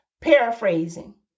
paraphrasing